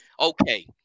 Okay